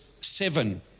seven